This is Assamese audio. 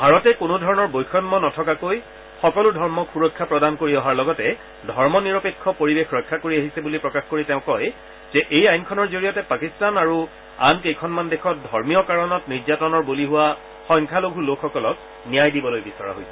ভাৰতে কোনোধৰণৰ বৈষম্য নথকাকৈ সকলো ধৰ্মক সুৰক্ষা প্ৰদান কৰি অহাৰ লগতে ধৰ্ম নিৰপেক্ষ পৰিবেশ ৰক্ষা কৰি আহিছে বুলি প্ৰকাশ কৰি তেওঁ কয় যে এই আইনখনৰ জড়িয়তে পাকিস্তান আৰু আন কেইখনমান দেশত ধৰ্মীয় কাৰণত নিৰ্যাতনৰ বলি হোৱা সংখ্যালঘু লোকসকলক ন্যায় দিবলৈ বিছৰা হৈছে